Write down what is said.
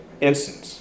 instance